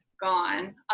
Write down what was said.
gone